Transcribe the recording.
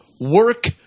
work